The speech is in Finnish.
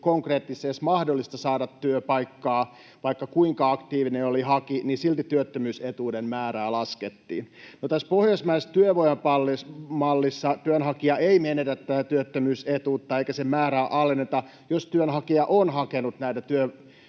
konkreettisesti edes mahdollista saada työpaikkaa, vaikka kuinka aktiivisesti haki, silti työttömyysetuuden määrää laskettiin. No, tässä pohjoismaisessa työvoimamallissa työnhakija ei menetä tätä työttömyysetuuttaan eikä sen määrää alenneta, jos työnhakija on hakenut näitä